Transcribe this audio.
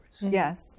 Yes